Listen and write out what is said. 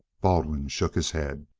baldwin shook his head.